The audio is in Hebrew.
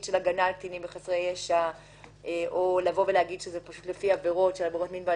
של הגנה על קטינים וחסרי ישע או כשמדובר בעבירות מין,